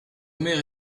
mère